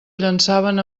llançaven